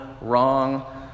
wrong